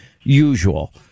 usual